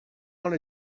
want